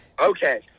Okay